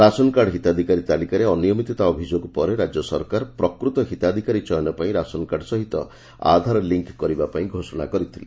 ration card ହିତାଧିକାରୀ ତାଲିକାରେ ଅନିୟମିତତା ଅଭିଯୋଗ ପରେ ରା ସରକାର ପ୍ରକୂତ ହିତାଧିକାରୀ ଚୟନ ପାଇଁ ରାସନ୍କାର୍ଡ ସହିତ ଆଧାର ଲିଙ୍ କରିବା ପାଇଁ ଘୋଷଣା କରିଛନ୍ତି